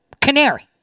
canary